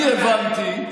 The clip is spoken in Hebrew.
אני הבנתי,